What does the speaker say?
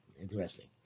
Interesting